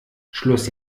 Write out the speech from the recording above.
schluss